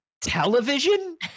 television